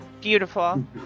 Beautiful